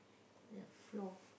the floor